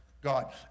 God